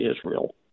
Israel